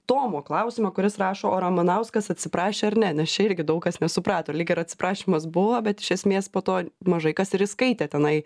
tomo klausimo kuris rašo o ramanauskas atsiprašė ar ne nes čia irgi daug kas nesuprato lyg ir atsiprašymas buvo bet iš esmės po to mažai kas ir įskaitė tenai